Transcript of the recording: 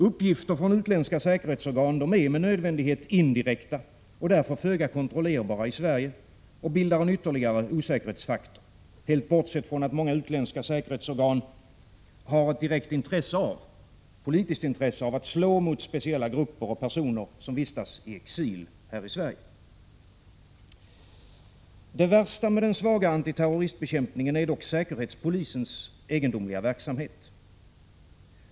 Uppgifter från utländska säkerhetsorgan är med nödvändighet indirekta och därför föga kontrollerbara i Sverige och bildar ytterligare en osäkerhets 73 faktor — helt bortsett från att många utländska säkerhetsorgan har ett direkt Prot. 1986/87:46 = politiskt intresse av att slå mot speciella grupper och personer som vistas i exil 10 december 1986 här i Sverige. Za. Det värsta med den svaga terroristbekämpningen är dock säkerhetspolisens egendomliga verksamhet.